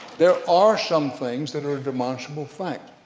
there are some things that are demonstrable fact.